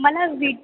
मला वीड